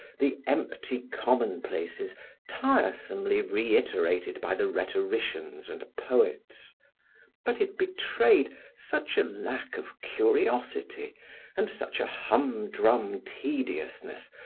the empty commonplaces tiresomely reiterated by the rhetoricians and poets but it betrayed such a lack of curiosity and such a humdrum tediousness,